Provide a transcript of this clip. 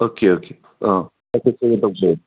okay okay ah